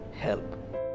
help